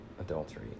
adultery